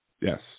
yes